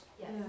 Yes